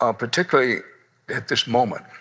um particularly at this moment,